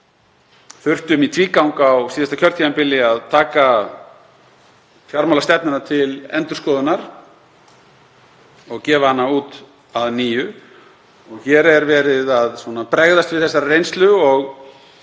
þurftum í tvígang á síðasta kjörtímabili að taka fjármálastefnuna til endurskoðunar og gefa hana út að nýju. Hér er verið að bregðast við þeirri reynslu og